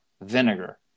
vinegar